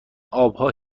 آبها